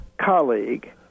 colleague